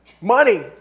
money